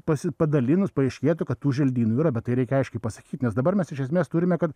pasi padalinus paaiškėtų kad tų želdynų yra bet tai reikia aiškiai pasakyt nes dabar mes iš esmės turime kad